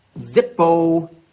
Zippo